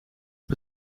het